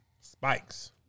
spikes